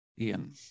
Ian